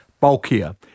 bulkier